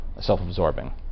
self-absorbing